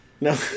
No